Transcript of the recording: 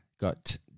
got